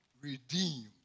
redeemed